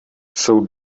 jsou